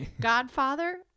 Godfather